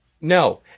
No